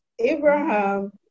Abraham